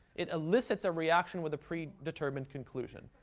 it elicits a reaction with a predetermined conclusion.